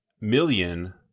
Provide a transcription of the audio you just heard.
million